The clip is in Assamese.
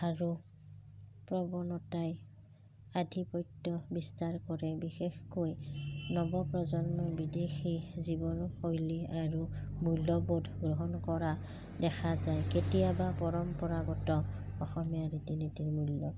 আৰু প্ৰৱণতাই আধিপত্য বিস্তাৰ কৰে বিশেষকৈ নৱপ্ৰজন্মই বিদেশী জীৱনশৈলী আৰু মূল্যবোধ গ্ৰহণ কৰা দেখা যায় কেতিয়াবা পৰম্পৰাগত অসমীয়া ৰীতি নীতিৰ মূল্য